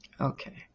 Okay